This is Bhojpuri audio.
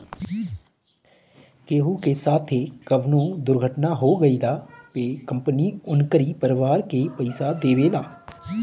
केहू के साथे कवनो दुर्घटना हो गइला पे कंपनी उनकरी परिवार के पईसा देवेला